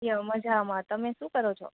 મજામાં તમે શું કરો છો